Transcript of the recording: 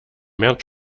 märz